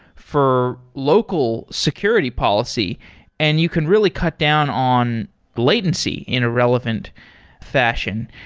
for local security policy and you can really cut down on latency in a relevant fashion.